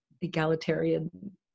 egalitarian